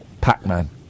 Pac-Man